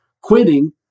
quitting